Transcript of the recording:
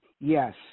Yes